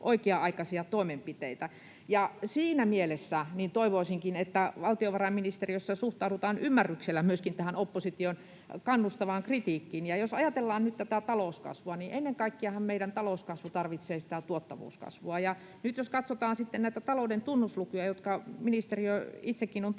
oikea-aikaisia toimenpiteitä. Siinä mielessä toivoisinkin, että valtiovarainministeriössä suhtaudutaan ymmärryksellä myöskin tähän opposition kannustavaan kritiikkiin. Jos ajatellaan nyt tätä talouskasvua, niin ennen kaikkeahan meidän talouskasvu tarvitsee tuottavuuskasvua, ja nyt jos katsotaan sitten näitä talouden tunnuslukuja, jotka ministeriö itsekin on tuottanut,